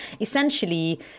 essentially